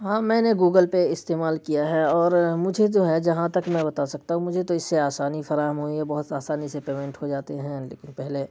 ہاں میں نے گوگل پے استعمال کیا ہے اور مجھے جو ہے جہاں تک میں بتا سکتا ہوں مجھے تو اس سے آسانی فراہم ہوئی ہے بہت آسانی سے پیمنٹ ہو جاتے ہیں لیکن پہلے